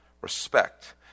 Respect